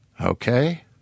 Okay